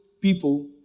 people